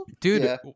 Dude